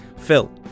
Phil